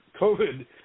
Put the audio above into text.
COVID